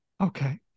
Okay